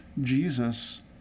Jesus